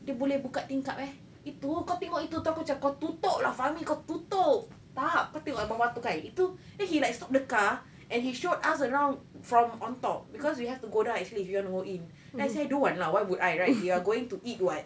dia boleh buka tingkap eh itu kau tengok itu tu aku cakap kau tutup lah fahmi kau tutup tak kau tengok yang bawah tu itu then he like stop the car and he showed us around from on top because we have to go down actually if you want to go in then I say don't want lah why would I right we are going to eat [what]